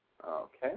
Okay